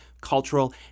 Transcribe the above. cultural